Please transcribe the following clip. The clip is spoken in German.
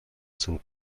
zum